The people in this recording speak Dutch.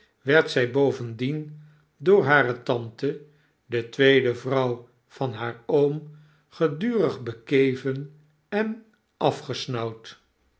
werd zij bovendien door hare tante de tweede vrouw van haar oom gedurig bekeven en